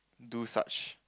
do such